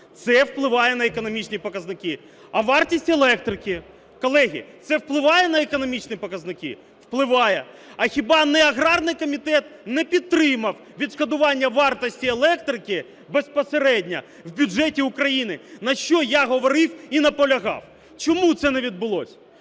Це впливає на економічні показники. А вартість електрики? Колеги, це впливає на економічні показники? Впливає. А хіба не аграрний комітет не підтримав відшкодування вартості електрики безпосередньо в бюджеті України, про що я говорив і наполягав? Чому це не відбулося?